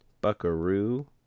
Buckaroo